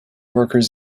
workers